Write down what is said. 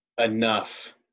enough